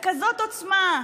בכזאת עוצמה,